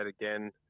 again